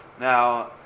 Now